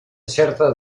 certa